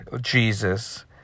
Jesus